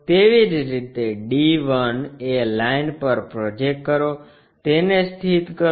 તેવી જ રીતે d 1 એ લાઇન પર પ્રોજેક્ટ કરો તેને સ્થિત કરો